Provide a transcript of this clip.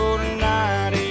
tonight